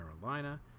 Carolina